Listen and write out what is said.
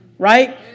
Right